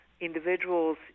individuals